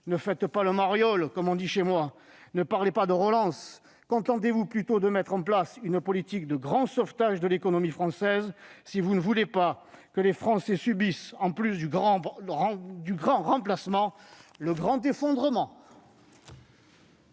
ne faites pas le « mariole », comme on le dit chez moi, ne parlez pas de relance. Contentez-vous plutôt de mettre en place une politique de grand sauvetage de l'économie française, si vous ne voulez pas que les Français subissent, en plus du grand remplacement, le grand effondrement